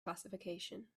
classification